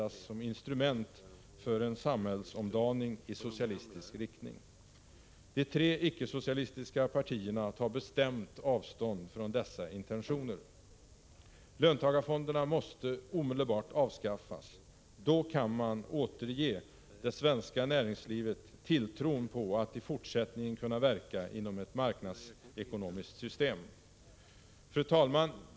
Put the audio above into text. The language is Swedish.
användas som instrument för en samhällsomdaning i sociali; tre icke-socialistiska partierna tar bestämt avstånd från des: Löntagarfonderna måste omedelbart avskaffas. På det sättet kan det svenska näringslivet återfå tilltron på att i fortsättningen kunna verka inom ett marknadsekonomiskt system. Fru talman!